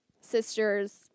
sisters